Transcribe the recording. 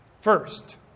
First